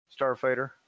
Starfighter